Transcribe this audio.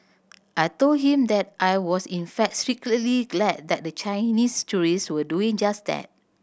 I told him that I was in fact secretly glad that the Chinese tourists were doing just that